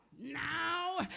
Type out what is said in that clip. Now